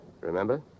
Remember